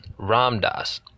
ramdas